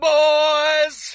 boys